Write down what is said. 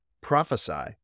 prophesy